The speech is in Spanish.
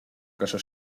caso